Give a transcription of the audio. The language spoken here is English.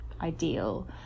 ideal